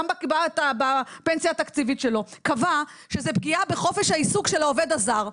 גם בפנסיה התקציבית שלו קבע שזו פגיעה בחופש העיסוק של העובד הזר.